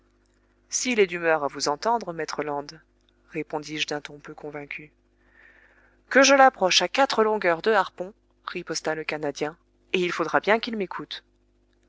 s'il est d'humeur à vous entendre maître land répondis-je d'un ton peu convaincu que je l'approche à quatre longueurs de harpon riposta le canadien et il faudra bien qu'il m'écoute